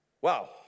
Wow